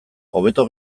hobeto